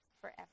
forever